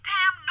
Pam